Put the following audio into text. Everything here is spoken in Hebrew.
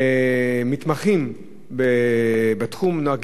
מתמחים בתחום נוהגים